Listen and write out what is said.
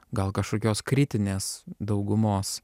gal kažkokios kritinės daugumos